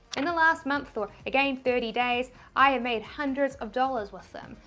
in the last month, or again thirty days, i have made hundreds of dollars with them.